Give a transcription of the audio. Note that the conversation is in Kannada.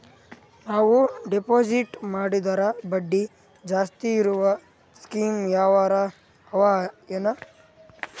ನಾವು ಡೆಪಾಜಿಟ್ ಮಾಡಿದರ ಬಡ್ಡಿ ಜಾಸ್ತಿ ಇರವು ಸ್ಕೀಮ ಯಾವಾರ ಅವ ಏನ?